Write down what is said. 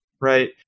Right